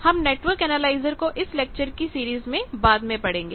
हम network analyser को इस लेक्चर की सीरीज में बाद में पढ़ेंगे